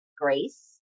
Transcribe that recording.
grace